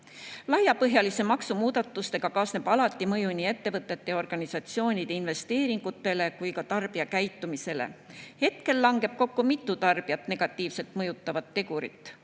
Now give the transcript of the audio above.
miljardit. Laiapõhjaliste maksumuudatustega kaasneb alati mõju nii ettevõtete ja organisatsioonide investeeringutele kui ka tarbijakäitumisele. Hetkel langeb kokku mitu tarbijat negatiivselt mõjutavat tegurit: